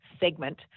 segment